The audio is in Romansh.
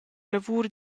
lavur